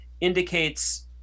indicates